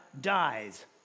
dies